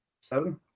Seven